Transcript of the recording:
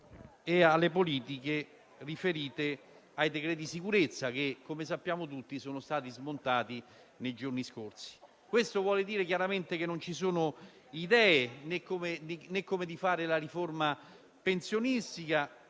e alle politiche riferite ai decreti sicurezza che, come sappiamo tutti, sono stati smontati nei giorni scorsi. Questo vuol dire chiaramente che non ci sono idee né su come fare la riforma pensionistica,